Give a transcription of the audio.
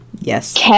Yes